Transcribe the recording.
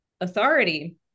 authority